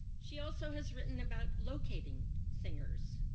she also has written about locating singers.